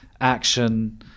action